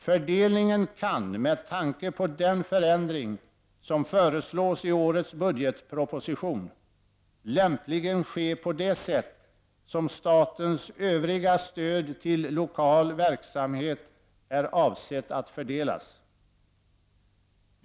Fördelningen kan, med tanke på den förändring som föreslås i årets budgetproposition, lämpligen ske på samma sätt som gäller i fråga om statens övriga stöd till lokal verksamhet.